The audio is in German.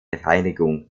reinigung